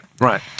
Right